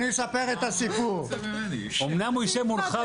אני אספר את הסיפור --- אמנם הוא יושב מולך,